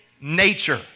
nature